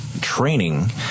training